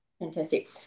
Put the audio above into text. Fantastic